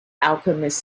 alchemist